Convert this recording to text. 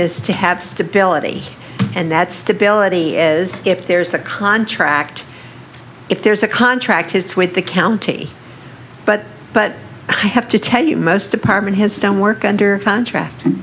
is to have stability and that stability is if there's a contract if there's a contract his with the county but but i have to tell you most department heads don't work under contract